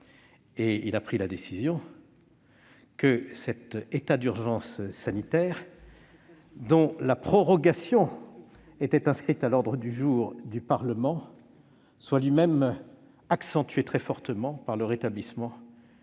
et il a décidé que cet état d'urgence sanitaire, dont la prorogation était inscrite à l'ordre du jour du Parlement, soit lui-même accentué très fortement par le rétablissement